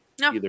No